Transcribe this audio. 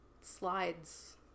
slides